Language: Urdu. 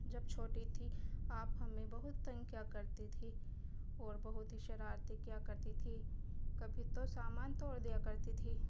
جب چھوٹی تھی آپ ہمیں بہت تنگ کیا کرتی تھی اور بہت ہی شرارتیں کیا کرتی تھی کبھی تو سامان توڑ دیا کرتی تھی